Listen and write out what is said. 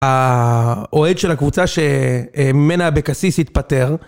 האוהד של הקבוצה שממנה אבוקסיס התפטר.